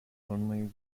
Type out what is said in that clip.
only